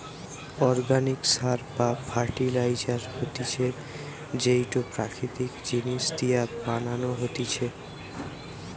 organic সার বা fertiliser হতিছে যেইটো প্রাকৃতিক জিনিস দিয়া বানানো হতিছে